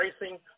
racing